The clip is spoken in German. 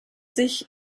sich